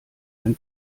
ein